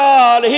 God